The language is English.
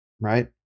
right